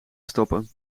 stoppen